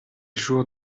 jour